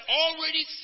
already